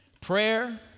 Prayer